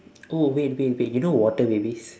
oh wait wait wait you know water babies